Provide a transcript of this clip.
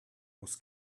was